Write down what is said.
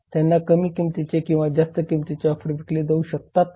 त्यांना कमी किंमतीचे किंवा जास्त किंमतीचे ऑफर विकले जाऊ शकतात का